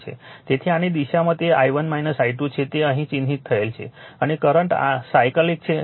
તેથી આની દિશામાં તે i1 i2 છે તે અહીં ચિહ્નિત થયેલ છે અને અહીં કરંટ સાઇકલિક છે